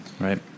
Right